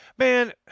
Man